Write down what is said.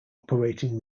operating